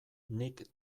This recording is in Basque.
nik